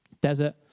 Desert